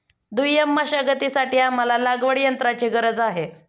दुय्यम मशागतीसाठी आम्हाला लागवडयंत्राची गरज आहे